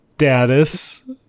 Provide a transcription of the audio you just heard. status